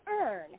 earn